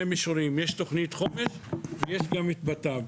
מישורים: יש תוכנית חומש ויש גם את בט"פ.